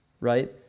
right